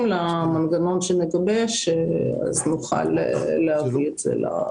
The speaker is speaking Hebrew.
למנגנון שנגבש אז נוכל להביא אותו לוועדה.